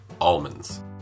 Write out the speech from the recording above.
almonds